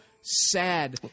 sad